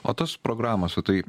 o tas programose tai